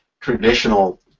traditional